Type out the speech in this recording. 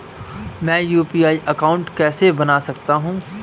मैं UPI account कैसे बना सकता हूं?